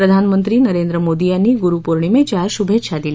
प्रधानमंत्री नरेंद्र मोदी यांनी गुरूपौर्णिमेच्या श्भेच्छा दिल्या आहेत